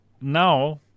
now